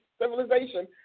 civilization